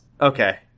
Okay